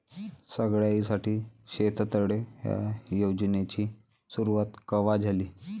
सगळ्याइसाठी शेततळे ह्या योजनेची सुरुवात कवा झाली?